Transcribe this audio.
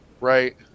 Right